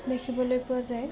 দেখিবলৈ পোৱা যায়